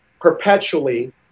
perpetually